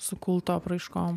su kulto apraiškom